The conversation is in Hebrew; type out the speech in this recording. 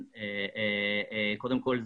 קודם כל,